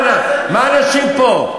מה האנשים פה?